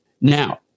Now